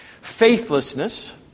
Faithlessness